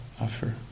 offer